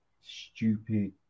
stupid